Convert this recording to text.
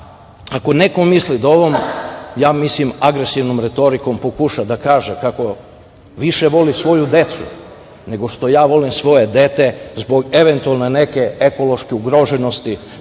ako neko misli da ovom, ja mislim, agresivnom retorikom pokuša da kaže kako više voli svoju decu nego što ja volim svoje dete zbog eventualne neke ekološke ugroženosti,